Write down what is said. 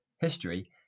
history